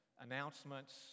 announcements